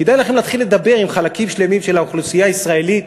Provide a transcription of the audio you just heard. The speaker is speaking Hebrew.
כדאי לכם להתחיל לדבר עם חלקים שלמים של האוכלוסייה הישראלית,